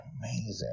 amazing